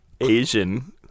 Asian